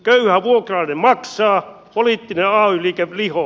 köyhä vuokralainen maksaa poliittinen ay liike lihoo